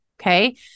okay